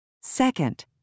Second